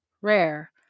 Rare